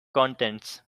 contents